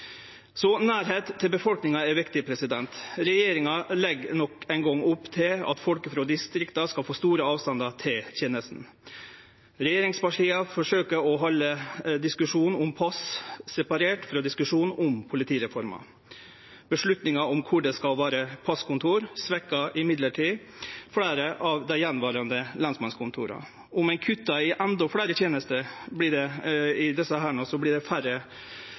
befolkninga er viktig. Regjeringa legg nok ein gong opp til at folk i distrikta skal få store avstandar til tenester. Regjeringspartia forsøkjer å halde diskusjonen om pass separert frå diskusjonen om politireforma. Men avgjerda om kvar det skal vere passkontor, svekkjer fleire av dei attverande lensmannskontora. Om ein kuttar i endå fleire tenester i desse, vert det færre folk på dei attverande lensmannskontora enn Stortinget har bestemt at det